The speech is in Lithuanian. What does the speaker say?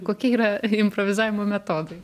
kokie yra improvizavimo metodai